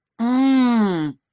Mmm